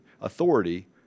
authority